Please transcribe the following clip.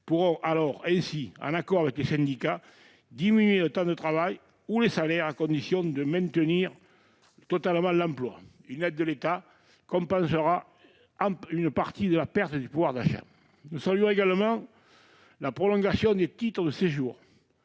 pourront ainsi, en accord avec les syndicats, diminuer le temps de travail ou les salaires, à condition de maintenir totalement l'emploi. Une aide de l'État compensera une partie de la perte de pouvoir d'achat. Nous saluons également la prolongation des titres de séjour,